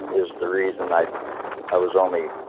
is the reason i i was only,